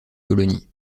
colonies